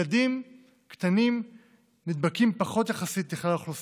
ילדים קטנים נדבקים פחות, יחסית לכלל האוכלוסייה,